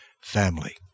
family